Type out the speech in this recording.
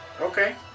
Okay